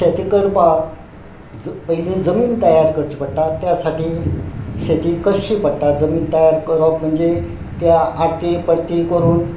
शेतां करपाक ज पयली जमीन तयार करची पडटा त्या साठी शेती कसची पडटा जमीन तयार करप म्हणजे त्या आरती परती करून